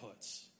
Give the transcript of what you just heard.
inputs